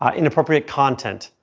ah inappropriate content,